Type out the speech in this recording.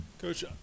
Coach